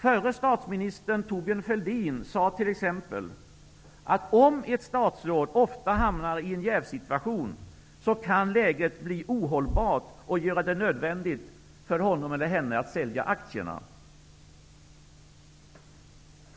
Förre statsministern Thorbjörn Fälldin sade t.ex. att om ett statsråd ofta hamnar i en jävssituation, kan läget bli ohållbart och göra det nödvändigt för honom eller henne att sälja aktierna.